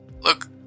look